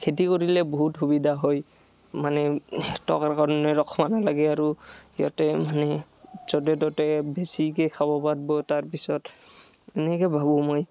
খেতি কৰিলে বহুত সুবিধা হয় মানে টকাৰ কাৰণে ৰখবা নালাগে আৰু ইয়াতে মানে য'তে ত'তে বেছিকৈ খাব পাৰব তাৰপিছত এনেকৈ ভাবোঁ মই